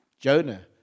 Jonah